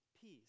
peace